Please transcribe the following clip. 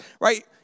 right